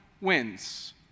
wins